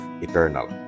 eternal